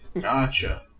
Gotcha